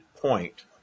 point